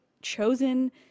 chosen